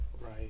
Right